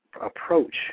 approach